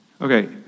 Okay